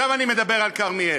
עכשיו אני מדבר על כרמיאל